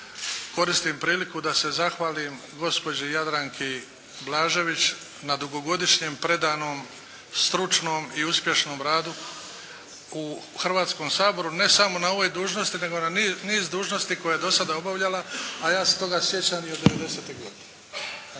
Koristim priliku da se zahvalim gospođi Jadranki Blažević na dugogodišnjem predanom, stručnom i uspješnom radu u Hrvatskom saboru ne samo na ovoj dužnosti nego na niz dužnosti koje je do sada obavljala, a ja se toga sjećam još 90-te godine.